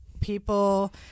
people